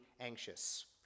anxious